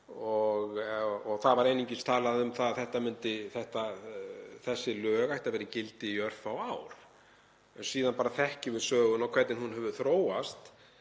Það var einungis talað um að þessi lög ættu að vera í gildi í örfá ár. Síðan þekkjum við söguna og hvernig hún hefur þróast.